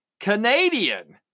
Canadian